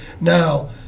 now